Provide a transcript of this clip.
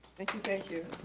thank you, thank you.